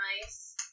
nice